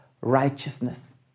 righteousness